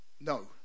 No